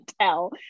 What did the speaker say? tell